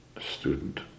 student